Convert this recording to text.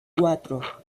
cuatro